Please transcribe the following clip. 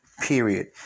period